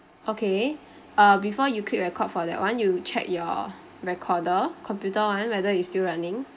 okay uh before you click record for that [one] you check your recorder computer [one] whether is still running